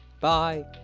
Bye